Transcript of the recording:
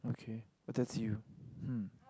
okay but that's you hmm